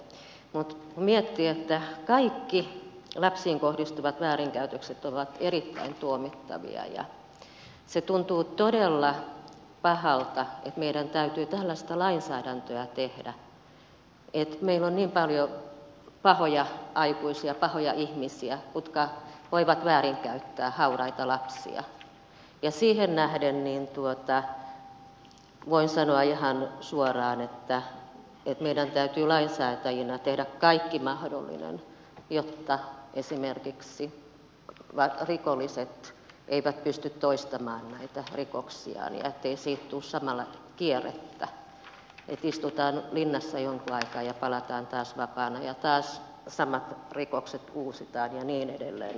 mutta kun miettii että kaikki lapsiin kohdistuvat väärinkäytökset ovat erittäin tuomittavia ja se tuntuu todella pahalta että meidän täytyy tällaista lainsäädäntöä tehdä että meillä on niin paljon pahoja aikuisia pahoja ihmisiä jotka voivat väärinkäyttää hauraita lapsia niin siihen nähden voin sanoa ihan suoraan että meidän täytyy lainsäätäjinä tehdä kaikki mahdollinen jotta rikolliset eivät pysty toistamaan näitä rikoksiaan ja ettei siitä tule samalla kierrettä että istutaan linnassa jonkun aikaa ja palataan taas vapaana ja taas samat rikokset uusitaan ja niin edelleen